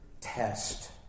test